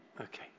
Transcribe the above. Okay